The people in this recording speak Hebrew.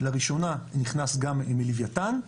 לראשונה נכנס גם מלווייתן.